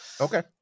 Okay